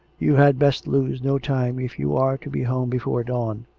you had best lose no time if you are to be home before dawn.